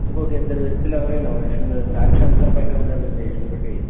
ఇంకో ఇద్దరు వ్యక్తులు ఎవరైనా వారు సాక్షి సంతకాలు పెట్టాలి కదండి షురిటి